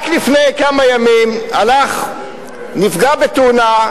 רק לפני כמה ימים נפגע בתאונה,